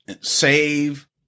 save